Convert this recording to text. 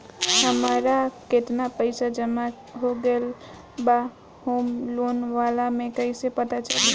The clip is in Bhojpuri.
हमार केतना पईसा जमा हो गएल बा होम लोन वाला मे कइसे पता चली?